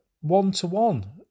one-to-one